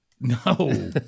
No